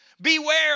beware